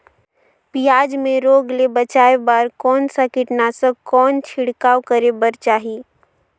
पियाज मे रोग ले बचाय बार कौन सा कीटनाशक कौन छिड़काव करे बर चाही?